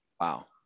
Wow